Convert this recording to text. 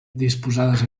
disposades